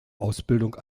ausbildung